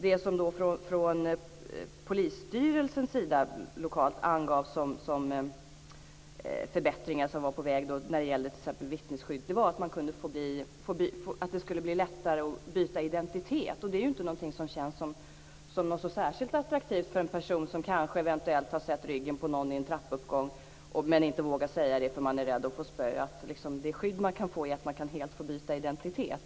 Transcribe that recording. Det som den lokala polisstyrelsen angav som en kommande förbättring av vittnesskyddet var att det skulle bli lättare att få byta identitet. För en person som kanske sett ryggen på någon i en trappuppgång men inte vågar säga det därför att man är rädd att få spö känns det inte särskilt attraktivt att helt byta identitet.